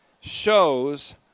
shows